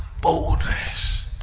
boldness